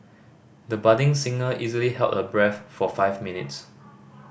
the budding singer easily held her breath for five minutes